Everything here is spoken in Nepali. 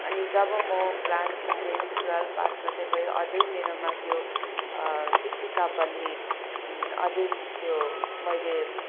अनि जब म क्लास टेन ट्वेल्भ पास गर्दै गएँ अझै मेरोमा त्यो शिक्षिका बन्ने अझै त्यो मैले